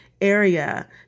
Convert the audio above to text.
area